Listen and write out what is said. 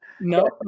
no